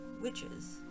witches